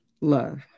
love